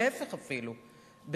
להיפך אפילו,